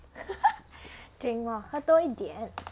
drink more 喝多一点